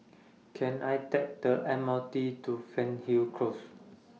Can I Take The M R T to Fernhill Close